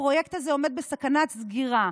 הפרויקט הזה עומד בסכנת סגירה,